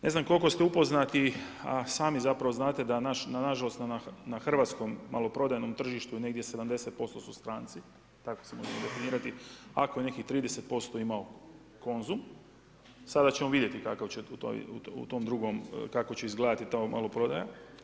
Ne znam, koliko ste upoznati, a sami znate da nažalost da na hrvatskom maloprodajnom tržištu, negdje 70% su stranci, tako se može definirati, ako je nekih 30% imao Konzum, sada ćemo vidjeti kakav će u toj drugoj, kako će izgledati ta maloprodaja.